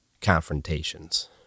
confrontations